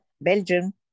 Belgium